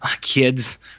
kids